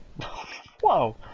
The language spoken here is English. Whoa